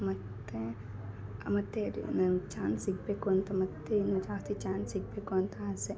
ಮತ್ತು ಮತ್ತು ಅದು ನನ್ ಚಾನ್ಸ್ ಸಿಗಬೇಕು ಅಂತ ಮತ್ತು ಇನ್ನು ಜಾಸ್ತಿ ಚಾನ್ಸ್ ಸಿಗಬೇಕು ಅಂತ ಆಸೆ